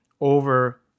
Over